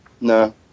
no